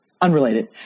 unrelated